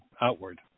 outward